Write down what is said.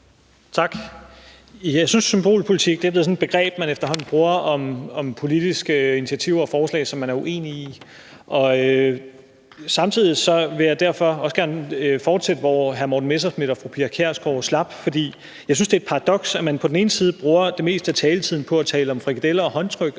Jeg synes, symbolpolitik er blevet sådan et begreb, man efterhånden bruger om politiske initiativer og forslag, som man er uenig i, og derfor vil jeg gerne fortsætte, hvor hr. Morten Messerschmidt og fru Pia Kjærsgaard slap. Jeg synes, det er et paradoks, at man på den ene side bruger det meste af taletiden på at tale om frikadeller og håndtryk